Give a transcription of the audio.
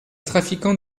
trafiquants